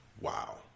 Wow